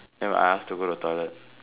then I asked to go to the toilet